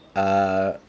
uh